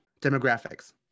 demographics